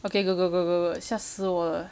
okay good good good good good 吓死我了